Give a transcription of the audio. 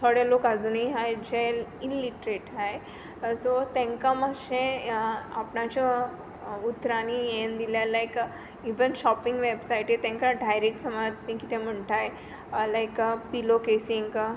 थोडे लोको आजुनूय आहाय जे इलिटरेट आहाय सो तेंकां मातशें आपणाचें उतरांनी हें दिलें जाल्यार लायक इवन शोपींग वेबसायटीर तेंकां डायरेक्ट सोमोज ती कितें म्हुणटाय पिलो कॅस हिंकां